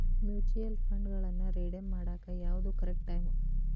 mutual ಫಂಡ್ಗಳನ್ನ redeem ಮಾಡಾಕ ಯಾವ್ದು ಕರೆಕ್ಟ್ ಟೈಮ್